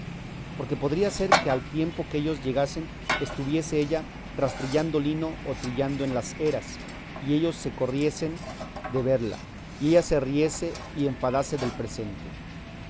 porque podría ser que al tiempo que ellos llegasen estuviese ella rastrillando lino o trillando en las eras y ellos se corriesen de verla y ella se riese y enfadase del presente